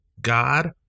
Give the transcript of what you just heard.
God